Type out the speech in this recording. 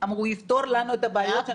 אבל הוא יפתור לנו את הבעיות.